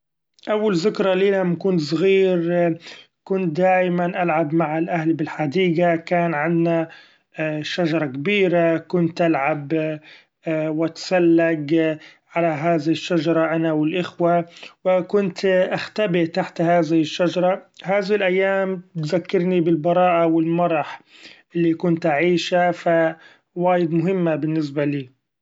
أول ذكري لي لما كنت صغير كنت دايما ألعب مع الأهل بالحديقة ، كان عنا شجرة كبيرة ، كنت ألعب و أتسلق علي هذه الشجرة أنا و الأخوة ، و كنت أختبيء تحت هذه الشجرة ، هذه الأيام تذكرني بالبراءة و المرح اللي كنت أعيشه ف وايد مهمه بالنسبة لي.